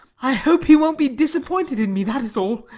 i hope he won't be disappointed in me, that is all.